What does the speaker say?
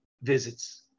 visits